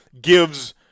gives